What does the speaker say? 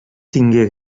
tingué